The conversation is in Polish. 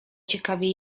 ciekawie